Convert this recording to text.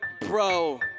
Bro